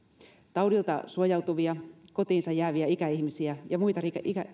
taudilta suojautuvia kotiinsa jääviä ikäihmisiä ja muita